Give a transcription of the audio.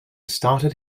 started